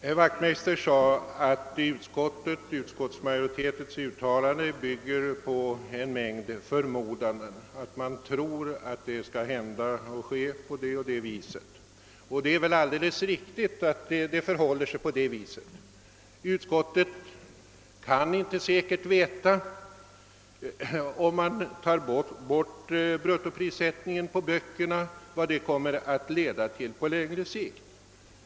Herr Wachtmeister sade att utskottsmajoritetens uttalande bygger på en mängd förmodanden, att man tror att det och det skall hända. Det är väl alldeles riktigt att det förhåller sig så. Utskottet kan inte säkert veta vad det kommer att leda till på längre sikt, om man tar bort bruttoprissättningen på böcker.